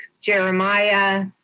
Jeremiah